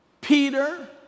Peter